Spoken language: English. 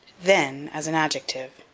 then as an adjective.